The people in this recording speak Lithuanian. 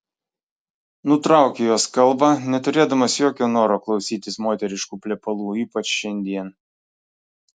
nutraukiu jos kalbą neturėdamas jokio noro klausytis moteriškų plepalų ypač šiandien